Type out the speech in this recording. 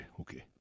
Okay